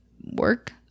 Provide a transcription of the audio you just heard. work